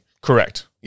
Correct